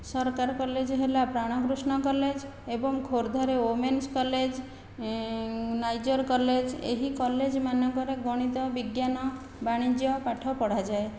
ସରକାରୀ କଲେଜ ହେଲା ପ୍ରାଣକୃଷ୍ଣ କଲେଜ ଏବଂ ଖୋର୍ଦ୍ଧାରେ ଓମେନ୍ସ କଲେଜ ନାଇଜର କଲେଜ ଏହି କଲେଜ ମାନଙ୍କରେ ଗଣିତ ବିଜ୍ଞାନ ବାଣିଜ୍ୟ ପାଠ ପଢ଼ାଯାଏ